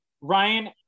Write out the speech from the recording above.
Ryan